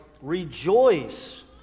rejoice